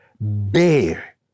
bear